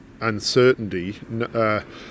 uncertainty